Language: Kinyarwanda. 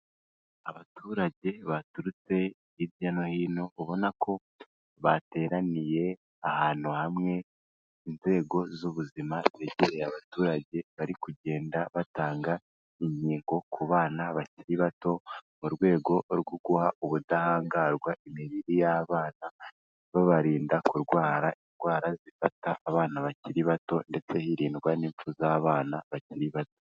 Abaturage baturutse hirya no hino ubona ko bateraniye ahantu hamwe, inzego z'ubuzima zegereye abaturage bari kugenda batanga inkingo ku bana bakiri bato, mu rwego rwo guha ubudahangarwa imibiri y'abana, babarinda kurwara indwara zifata abana bakiri bato ndetse hirindwa n'impfu z'abana bakiri bato.